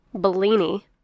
Bellini